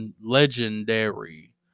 legendary